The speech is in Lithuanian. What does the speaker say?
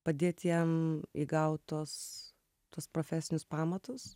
padėt jam įgaut tos tuos profesinius pamatus